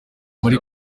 muri